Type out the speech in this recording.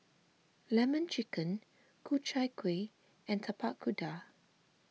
Lemon Chicken Ku Chai Kuih and Tapak Kuda